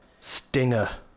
Stinger